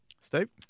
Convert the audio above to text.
Steve